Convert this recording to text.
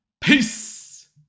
Peace